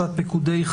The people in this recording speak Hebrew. פרשת פקודי,